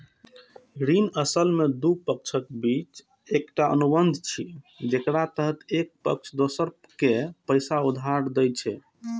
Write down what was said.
ऋण असल मे दू पक्षक बीच एकटा अनुबंध छियै, जेकरा तहत एक पक्ष दोसर कें पैसा उधार दै छै